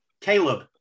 Caleb